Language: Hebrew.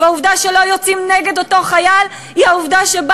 והעובדה שלא יוצאים נגד אותו חייל היא העובדה